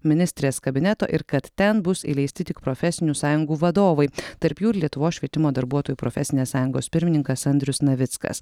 ministrės kabineto ir kad ten bus įleisti tik profesinių sąjungų vadovai tarp jų ir lietuvos švietimo darbuotojų profesinės sąjungos pirmininkas andrius navickas